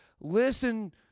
listen